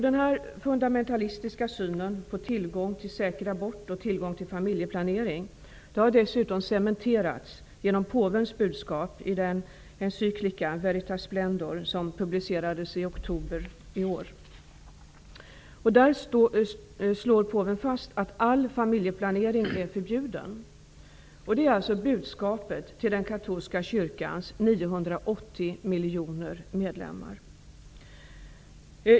Den här fundamentalistiska synen på tillgång till säker abort och tillgång till familjeplanering har dessutom cementerats genom påvens budskap i den encyklika, Veritas Splendor, som publicerades i oktober i år. Där slår påven fast att all familjeplanering är förbjuden. Det är alltså budskapet till den katolska kyrkans 980 miljoner medlemmar.